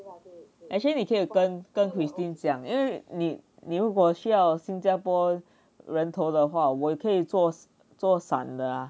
actually 你可以跟跟 christine 讲因为你你如果需要新加坡人头的话我可以做做散的